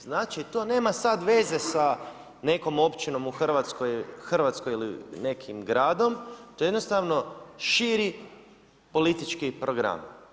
Znači to nema sad veze sa nekom općinom u Hrvatskoj ili nekim gradom, to je jednostavno širi politički program.